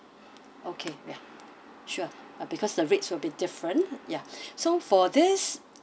okay ya sure uh because the rates will be different ya so for this